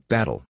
Battle